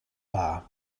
dda